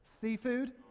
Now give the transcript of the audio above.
seafood